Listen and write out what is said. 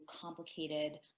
complicated